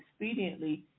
expediently